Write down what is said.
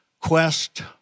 quest